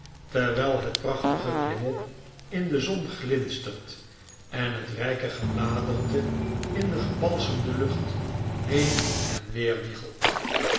terwijl het prachtige klimop in de zon glinstert en het rijke gebiaderte in de gebalsemde lucht heen en weer wiegelt